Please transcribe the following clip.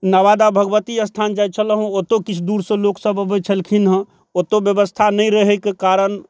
नबादा भगवती स्थान जाइ छलहुँओतहु किछु दूरसँ लोक सब अबै छलखिन हँ ओतौ व्यवस्था नहि रहैके कारण